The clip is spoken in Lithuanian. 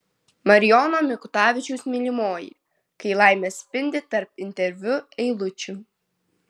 marijono mikutavičiaus mylimoji kai laimė spindi tarp interviu eilučių